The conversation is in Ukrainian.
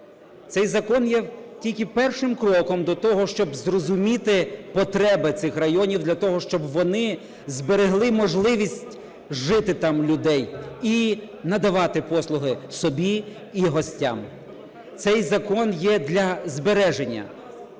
Цей закон є тільки першим кроком до того, щоб зрозуміти потреби цих районів, для того, щоб вони зберегли можливість жити там людей і надавати послуги собі і гостям. Цей закон є для збереження